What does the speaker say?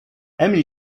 emil